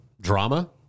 drama